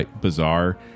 bizarre